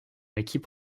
équipe